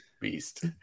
beast